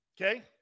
Okay